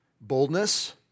boldness